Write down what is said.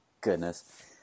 Goodness